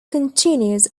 continues